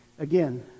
again